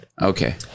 Okay